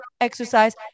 exercise